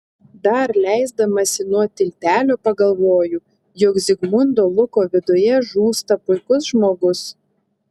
dar leisdamasi nuo tiltelio pagalvoju jog zigmundo luko viduje žūsta puikus žmogus